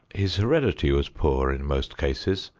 his heredity was poor in most cases,